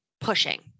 pushing